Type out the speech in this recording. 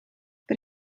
but